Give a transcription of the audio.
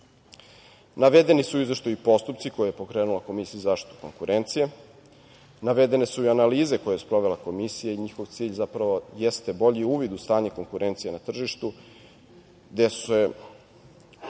tržištu. Navedeni su u izveštaju i postupci koje je pokrenula Komisija za zaštitu konkurencije, navedene su i analize koje je sprovela Komisija i njihov cilj, zapravo, jeste bolji uvid u stanje konkurencija na tržištu gde se